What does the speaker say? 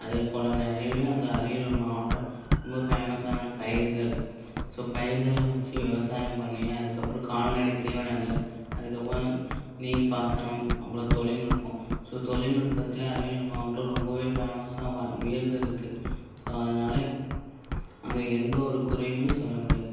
அதே போல் நிறையவே அங்கே அரியலூர் மாவட்டம் ரொம்ப ஃபேமஸான பயிர்கள் ஸோ பயிர்களை வச்சு விவசாயம் பண்ணி அதுக்கப்புறம் கால்நடை தீவனங்கள் அதுக்கப்புறம் நீர்பாசனம் அப்புறம் தொழில்நுட்பம் ஸோ தொழிநுட்பத்தில் அரியலூர் மாவட்டம் ரொம்பவே ஃபேமஸாக வ உயர்ந்துருக்குது ஸோ அதனால் அங்கே எந்த ஒரு குறையுமே சொல்ல முடியாது